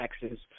taxes